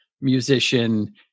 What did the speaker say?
musician